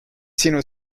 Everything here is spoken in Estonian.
sinu